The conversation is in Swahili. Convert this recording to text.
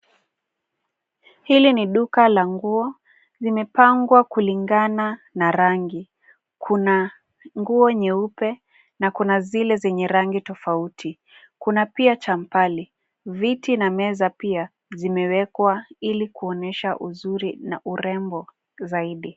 Hili ni duka la nguo. Limepangwa kulingana na rangi. Kuna ngu nyeupe na kuna zile zenye rangi tofauti. Kuna pia champali. Viti na meza pia zimewekwa ili kuonesha uzuri na urembo zaidi.